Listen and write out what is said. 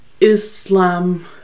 islam